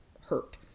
hurt